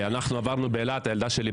הילדה שלי,